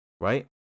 right